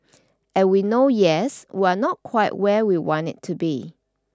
and we know yes we are not quite where we want it to be